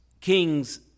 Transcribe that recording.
kings